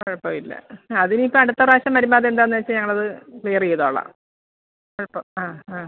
കുഴപ്പമില്ല അത് ഇനിയിപ്പം അടുത്ത പ്രാവശ്യം വരുമ്പം അതെന്താണെന്ന് വെച്ചാൽ ഞങ്ങൾ അത് ക്ലിയർ ചെയ്തോളാം കുഴപ്പം ആ ആ